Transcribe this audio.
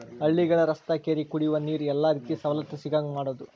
ಹಳ್ಳಿಗಳ ರಸ್ತಾ ಕೆರಿ ಕುಡಿಯುವ ನೇರ ಎಲ್ಲಾ ರೇತಿ ಸವಲತ್ತು ಸಿಗುಹಂಗ ಮಾಡುದ